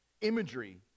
imagery